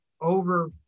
over